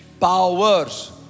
powers